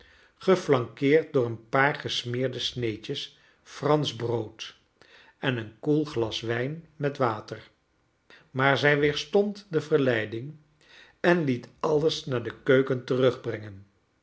geflankeerd door een paar gesmeerde sneedjes eransch brood en een koel glas wijn met water maar zij weerstond de verleiding en liet alles naar de keuken